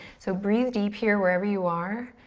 so breathe deep here, wherever you are.